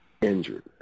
injured